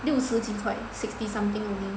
六十几快 sixty something only